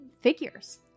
figures